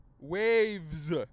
Waves